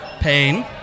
Pain